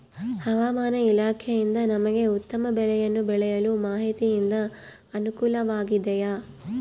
ಹವಮಾನ ಇಲಾಖೆಯಿಂದ ನಮಗೆ ಉತ್ತಮ ಬೆಳೆಯನ್ನು ಬೆಳೆಯಲು ಮಾಹಿತಿಯಿಂದ ಅನುಕೂಲವಾಗಿದೆಯೆ?